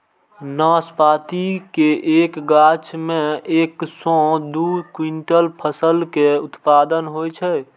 नाशपाती के एक गाछ मे एक सं दू क्विंटल फल के उत्पादन होइ छै